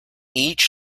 each